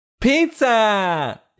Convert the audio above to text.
Pizza